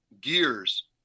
gears